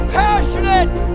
passionate